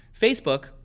Facebook